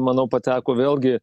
manau pateko vėlgi